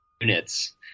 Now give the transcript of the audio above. units